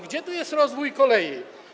Gdzie tu jest rozwój kolei?